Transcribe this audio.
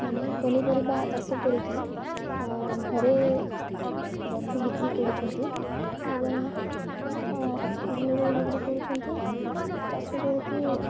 ମାନେ ପନିପରିବା ଚାଷ କରିକି ଘରେ ରଖି ବିକ୍ରି କରୁଛନ୍ତି ଏବଂ ଘରେ ରହି ବିକ୍ରି କରୁଛନ୍ତି ଚାଷ କରିକି